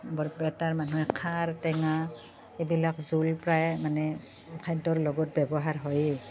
বৰপেটাৰ মানুহে খাৰ টেঙা এইবিলাক জোল প্ৰায়ে মানে খাদ্যৰ লগত ব্যৱহাৰ হয়েই